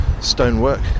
stonework